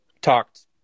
talked